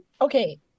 okay